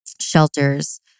shelters